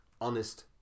honest